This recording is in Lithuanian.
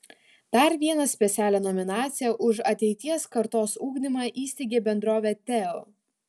dar vieną specialią nominaciją už ateities kartos ugdymą įsteigė bendrovė teo